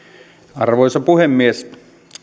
arvoisa puhemies